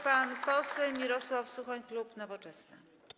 Pan poseł Mirosław Suchoń, klub Nowoczesna.